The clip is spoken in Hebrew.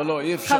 לא, לא, אי-אפשר.